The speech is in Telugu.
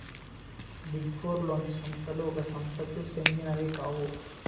బిగ్ ఫోర్ లోని సంస్థలు ఒక సంస్థకు సెందినవి కావు